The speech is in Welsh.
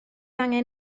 angen